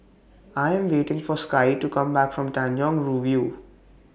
I Am waiting For Skye to Come Back from Tanjong Rhu View